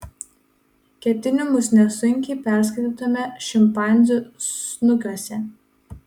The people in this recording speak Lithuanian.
ketinimus nesunkiai perskaitytume šimpanzių snukiuose